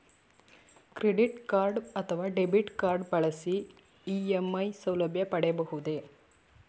Credit card ಅಥವಾ debit card ಬಳಸಿ EMI ಸೌಲಭ್ಯ ಪಡೆಯಬಹುದೇ?